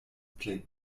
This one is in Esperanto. plej